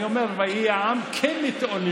אני אומר "ויהי העם כמתאֹננים".